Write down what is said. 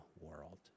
world